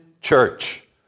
church